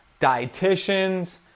dietitians